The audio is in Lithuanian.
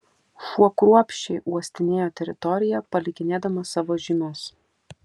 šuo kruopščiai uostinėjo teritoriją palikinėdamas savo žymes